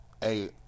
hey